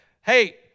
hey